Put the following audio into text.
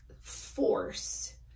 force